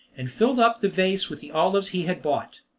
and filled up the vase with the olives he had bought.